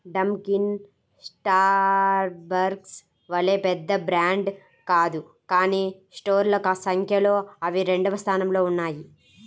Dunkin Starbucks వలె పెద్ద brand కాదు కానీ స్టోర్ల సంఖ్యలో అవి రెండవ స్థానంలో ఉన్నాయి